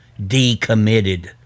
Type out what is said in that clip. decommitted